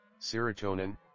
serotonin